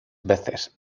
veces